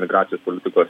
imigracijos politikos